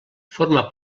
forma